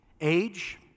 Age